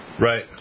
Right